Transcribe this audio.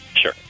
Sure